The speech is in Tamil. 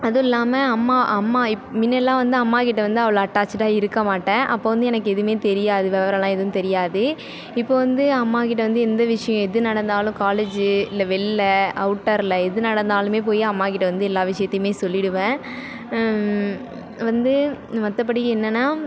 அதில்லாம அம்மா அம்மா முன்னடிலாம் வந்து அம்மா கிட்ட வந்து அவ்வளோ அட்டாச்சிடாக இருக்க மாட்டேன் அப்போ வந்து எனக்கு எதுவுமே தெரியாது விவரலாம் ஏதும் தெரியாது இப்போ வந்து அம்மா கிட்ட வந்து எந்த விஷயம் எது நடந்தாலும் காலேஜ்ஜி இல்லை வெளில அவுட்டரில் எது நடந்தாலுமே போய் அம்மா கிட்ட வந்து எல்லா விஷயத்தையுமே சொல்லிடுவேன் வந்து மற்றபடி என்னன்னால்